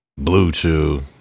Bluetooth